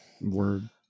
Word